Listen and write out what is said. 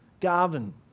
Garvin